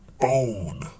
bone